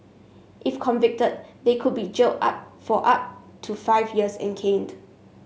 if convicted they could be jailed up for up to five years and caned